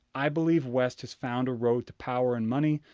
i believe west has found a road to power and money,